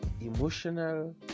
emotional